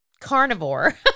carnivore